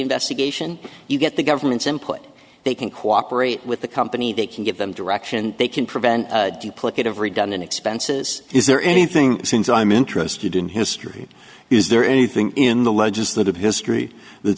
investigation you get the government's input they can cooperate with the company they can give them direction they can prevent duplicate of redundant expenses is there anything since i'm interested in history is there anything in the legislative history that